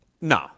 No